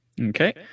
Okay